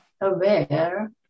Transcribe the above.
aware